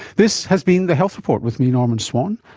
this has been the health report with me, norman swan.